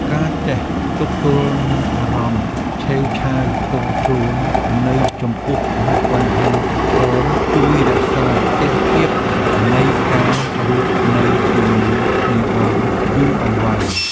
ការចេះទប់ទល់នឹងអារម្មណ៍ឆេវឆាវផ្ទាល់ខ្លួននៅចំពោះមុខបញ្ហាប្រឈមជួយរក្សាស្ថិរភាពនៃការរស់នៅជាមួយគ្នាបានយូរអង្វែង។